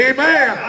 Amen